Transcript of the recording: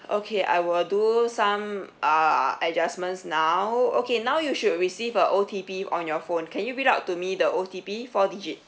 okay I will do some uh adjustments now okay now you should receive a O_T_P on your phone can you read out to me the O_T_P four digit